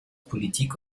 politik